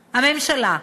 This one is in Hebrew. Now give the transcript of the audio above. הממשלה,